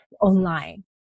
online